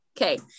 Okay